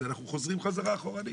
זה אנחנו חוזרים חזרה אחורנית.